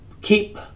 keep